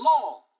law